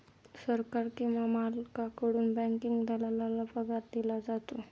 सरकार किंवा मालकाकडून बँकिंग दलालाला पगार दिला जातो